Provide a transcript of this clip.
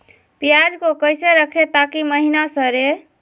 प्याज को कैसे रखे ताकि महिना सड़े?